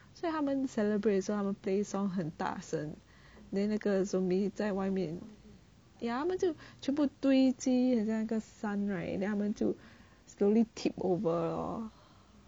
所以他们 celebrate 的时候他们 play song 很大声 then 那个 zombie 在外面 ya 他们就全部堆积像一个山 right then 他们就 slowly tip over lor